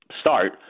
start